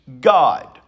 God